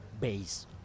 base